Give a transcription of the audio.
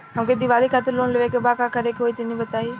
हमके दीवाली खातिर लोन लेवे के बा का करे के होई तनि बताई?